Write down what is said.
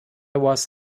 was